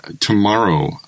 tomorrow